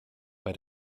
bei